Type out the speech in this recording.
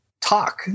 talk